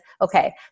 okay